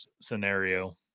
scenario